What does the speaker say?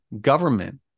government